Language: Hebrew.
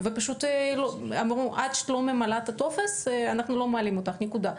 ואמרו לה שעד שהיא לא תמלא את הטופס הם לא מעלים אותה למטוס,